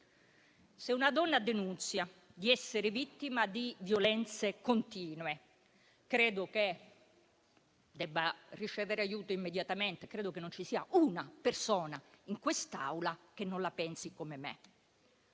Se una donna denuncia di essere vittima di violenze continue, credo che debba ricevere aiuto immediatamente, credo che non ci sia una persona in quest'Aula che non la pensi come me.